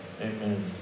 Amen